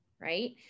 right